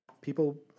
people